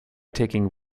taking